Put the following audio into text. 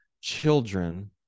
children